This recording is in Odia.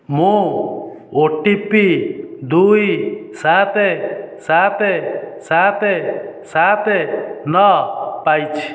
ମୁଁ ଓ ଟି ପି ଦୁଇ ସାତ ସାତ ସାତ ସାତ ନଅ ପାଇଛି